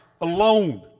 alone